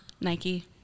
Nike